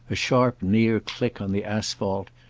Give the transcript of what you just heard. a sharp near click on the asphalt,